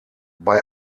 bei